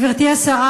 גברתי השרה,